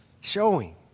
Showing